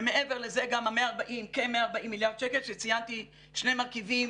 ומעבר לזה גם כ-140 מיליארד שקל שציינתי - שני מרכיבים